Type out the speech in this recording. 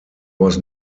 was